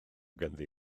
ganddi